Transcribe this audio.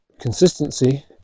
consistency